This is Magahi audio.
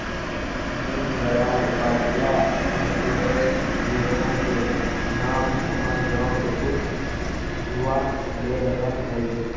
दीनदयाल उपाध्याय अंत्योदय जोजना के नाम हमर गांव के कुछ जुवा ले रहल हइ